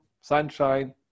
sunshine